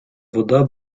вода